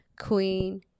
queen